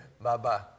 Bye-bye